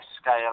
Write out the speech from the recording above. scale